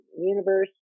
universe